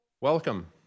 Welcome